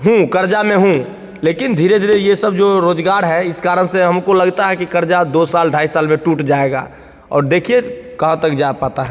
हूँ क़र्ज़ा में हूँ लेकिन धीरे धीरे ये सब जो रोज़गार है इस कारण से हमको लगता है कि क़र्ज़ा दो साल ढाई साल में टूट जाएगा और देखिए कहाँ तक जा पाता है